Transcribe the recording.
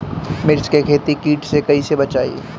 मिर्च के खेती कीट से कइसे बचाई?